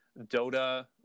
Dota